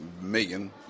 million